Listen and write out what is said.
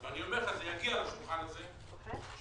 אני אומר לך, זה יגיע לשולחן הזה שמחר